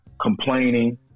complaining